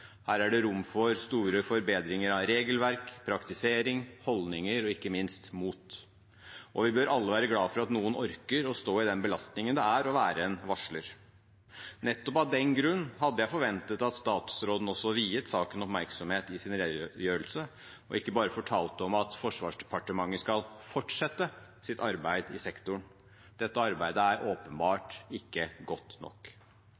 Her er det rom for store forbedringer av regelverk, praktisering, holdninger og ikke minst mot. Vi bør alle være glad for at noen orker å stå i den belastningen det er å være en varsler. Nettopp av den grunn hadde jeg forventet at statsråden viet saken oppmerksomhet i sin redegjørelse og ikke bare fortalte om at Forsvarsdepartementet skal fortsette sitt arbeid i sektoren. Dette arbeidet er åpenbart ikke godt nok.